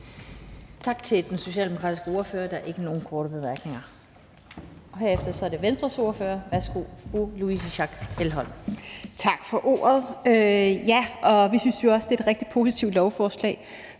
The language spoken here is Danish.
Tak til den socialdemokratiske ordfører. Der er ikke nogen korte bemærkninger. Herefter er det Venstres ordfører. Værsgo til fru Louise Schack Elholm. Kl. 18:56 (Ordfører) Louise Schack Elholm (V): Tak for ordet. Vi synes også, det er et rigtig positivt lovforslag.